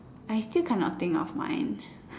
I still kind of think of mine